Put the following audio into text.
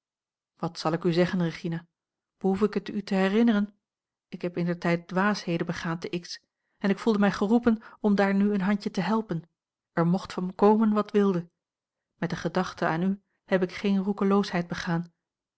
wat zal ik u zeggen regina behoef ik het u te herinneren ik heb indertijd dwaasheden begaan te x en ik voelde mij geroepen om daar nu een handje te helpen er mocht van komen wat wilde met de gedachte aan u heb ik geene roekeloosheid begaan